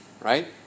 right